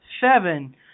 seven